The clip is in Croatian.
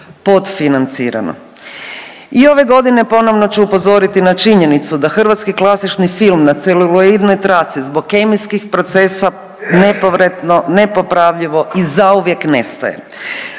I ove godine ponovno ću upozoriti na činjenicu da hrvatski klasični film na celuloidnoj traci zbog kemijskih procesa nepovratno, nepopravljivo i zauvijek nestaje.